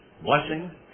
Blessing